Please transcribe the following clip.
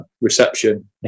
reception